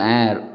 air